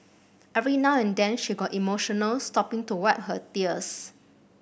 every now and then she got emotional stopping to wipe her tears